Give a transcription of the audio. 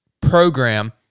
program